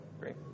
Great